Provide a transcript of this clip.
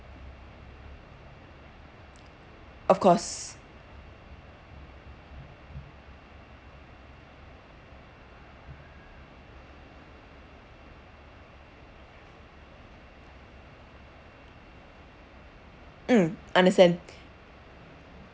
of course mm understand